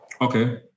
Okay